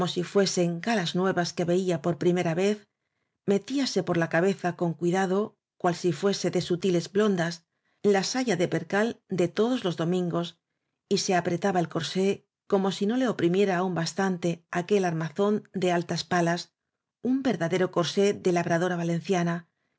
si fuesen galas nuevas que veía por primera vez metíase por la cabeza con cui dado cual si fuese de sutiles blondas la saya de percal de todos los domingos y se apretaba el corsé como si no le oprimiera aún bastante aquel armazón de altas palas un verdadero corsé de labradora valenciana